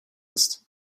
ist